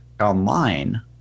online